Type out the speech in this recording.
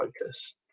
focus